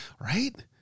right